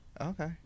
okay